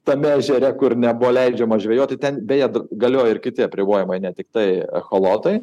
tame ežere kur nebuvo leidžiama žvejoti ten beje galioja ir kiti apribojimai ne tiktai echolotai